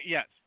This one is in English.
Yes